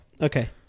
Okay